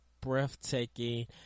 breathtaking